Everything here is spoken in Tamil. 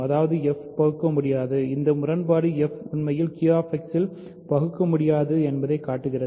அதாவது f பகுக்கமுடியாதது இந்த முரண்பாடு f உண்மையில்Q X இல் பகுக்க முடியாதது என்பதைக் காட்டுகிறது